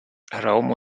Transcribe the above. raum